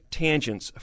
tangents